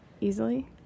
easily